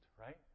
right